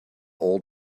old